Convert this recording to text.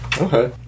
Okay